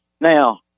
Now